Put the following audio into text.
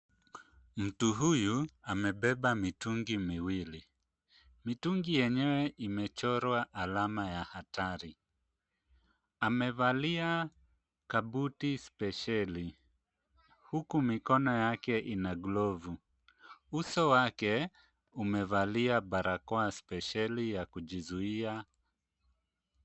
Mtu huyu amebeba mitungi miwili. Mitungi yenyewe imechorwa alama ya hatari. Amevalia kabuti spesheli huku mikono yake ina glovu. Uso wake umevalia barakoa spesheli ya kujizuia.